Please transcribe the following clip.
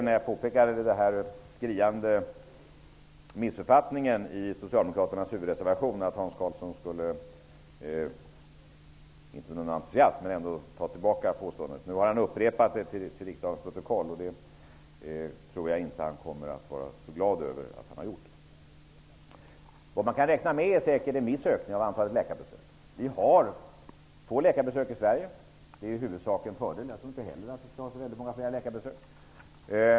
När jag påpekade den här skriande missuppfattningen i socialdemokraternas huvudreservation, trodde jag möjligen att Hans Karlsson skulle ta tillbaka påståendet, om än inte med någon entusiasm. Nu har han i stället upprepat påståendet till riksdagens protokoll. Jag tror inte att han kommer att vara så glad över att han har gjort det. Man kan säkert räkna med en viss ökning av antalet läkarbesök. Det görs få läkarbesök i Sverige. Det är i huvudsak en fördel. Jag tror inte heller att vi skall ha så många fler läkarbesök.